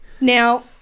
now